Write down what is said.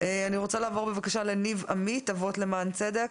אני רוצה לעבור לניב עמית, אבות למען צדק.